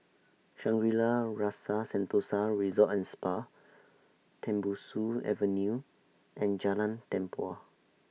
Shangri La's Rasa Sentosa Resort and Spa Tembusu Avenue and Jalan Tempua